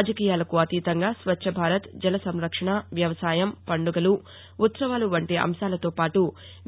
రాజకీయాలకు అతీతంగా స్వచ్చ భారత్ జల సంరక్షణ వ్యవసాయం పండుగలు ఉత్సవాలు వంటి అంశాలతోపాటు